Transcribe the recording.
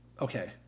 okay